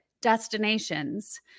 destinations